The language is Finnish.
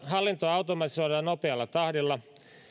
hallinto automatisoidaan nopealla tahdilla